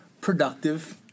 Productive